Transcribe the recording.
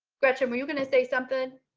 gretchen, were you gonna say something